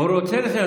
הוא רוצה לסיים.